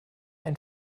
ein